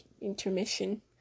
intermission